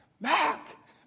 Mac